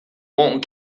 walton